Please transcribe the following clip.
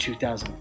2000